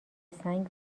سنگ